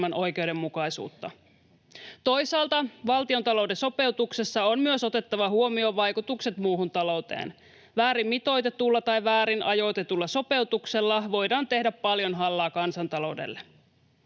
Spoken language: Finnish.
oikeudenmukaisuutta. Toisaalta valtiontalouden sopeutuksessa on myös otettava huomioon vaikutukset muuhun talouteen. Väärin mitoitetulla tai väärin ajoitetulla sopeutuksella voidaan tehdä paljon hallaa kansantaloudelle.